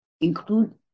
include